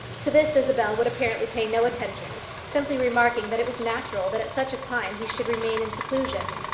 to this isabel would apparently pay no attention, simply remarking that it was natural that at such a time he should remain in seclusion.